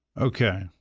Okay